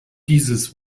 dieses